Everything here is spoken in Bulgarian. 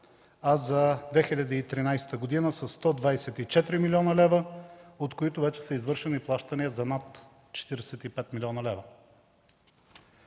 а за 2013 г. са 124 млн. лв., от които вече са извършени плащания за над 45 млн. лв.